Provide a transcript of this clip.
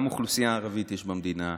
גם אוכלוסייה ערבית יש במדינה,